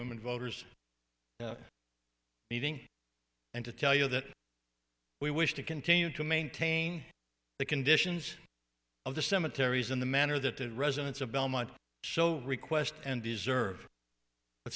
women voters meeting and to tell you that we wish to continue to maintain the conditions of the cemeteries in the manner that the residents of belmont so request and deserve but